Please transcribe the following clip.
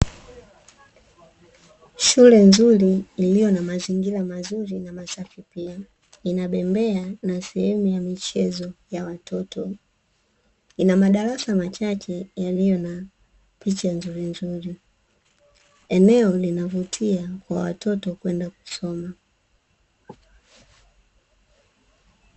Shule nzuri iliyo na mazingira mazuri na masafi pia. Ina bembea na sehemu ya michezo ya watoto, ina madarasa machache yaliyo na picha nzurinzuri. Eneo linavutia kwa watoto kwenda kusoma.